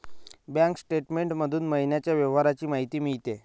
bank statement मधून महिन्याच्या व्यवहारांची माहिती मिळते